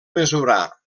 mesurar